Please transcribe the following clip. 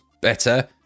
better